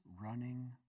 running